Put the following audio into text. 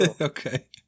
okay